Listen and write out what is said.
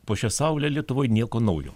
po šia saule lietuvoj nieko naujo